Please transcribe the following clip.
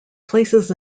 places